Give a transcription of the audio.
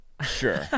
sure